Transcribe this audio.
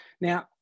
Now